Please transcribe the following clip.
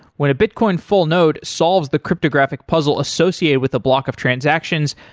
when a bitcoin full node solves the cryptographic puzzle associated with the block of transaction,